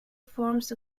forms